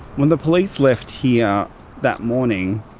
when the police left here that morning,